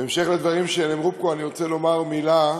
בהמשך לדברים שנאמרו פה אני רוצה לומר מילה.